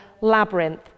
labyrinth